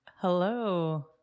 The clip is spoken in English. hello